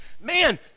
man